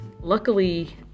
luckily